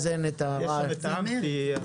יש שם אמפי.